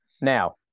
Now